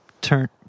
turn